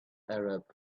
arab